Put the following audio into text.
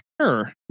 Sure